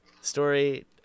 story